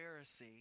Pharisee